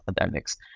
academics